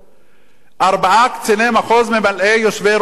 ארבעה קציני מחוז ממלאי-מקום יושבי-ראש ועדות.